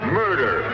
murder